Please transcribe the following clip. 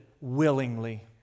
willingly